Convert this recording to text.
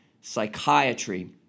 psychiatry